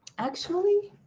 actually,